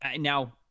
now